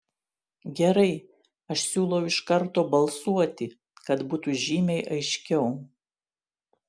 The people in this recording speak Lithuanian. gerai aš siūlau iš karto balsuoti kad būtų žymiai aiškiau